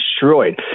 destroyed